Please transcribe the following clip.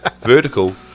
Vertical